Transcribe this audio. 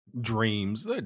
Dreams